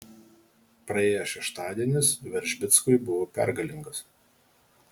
praėjęs šeštadienis veržbickui buvo pergalingas